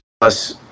plus